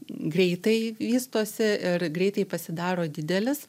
greitai vystosi ir greitai pasidaro didelis